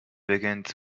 begins